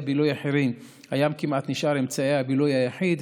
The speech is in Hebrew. בילוי אחרים הים נשאר כמעט אמצעי הבילוי היחיד.